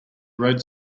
road